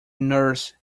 nurse